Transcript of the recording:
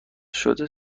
شده